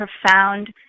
profound